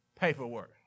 paperwork